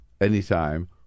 anytime